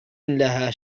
لها